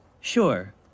Sure